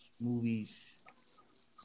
movies